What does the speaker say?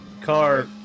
car